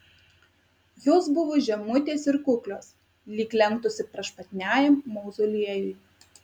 jos buvo žemutės ir kuklios lyg lenktųsi prašmatniajam mauzoliejui